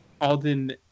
Alden